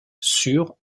sur